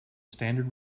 standard